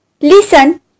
Listen